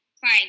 fine